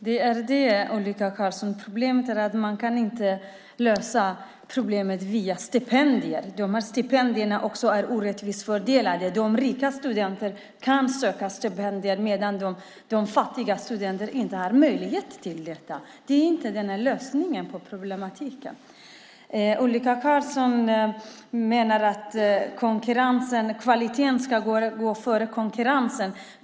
Herr talman! Problemet kan inte lösas via stipendier. De är orättvist fördelade. De rika studenterna kan söka stipendier medan de fattiga studenterna inte har möjlighet till detta. Det är inte lösningen på problemet. Ulrika Carlsson menar att kvaliteten ska gå före konkurrensen.